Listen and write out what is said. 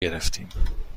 گرفتیم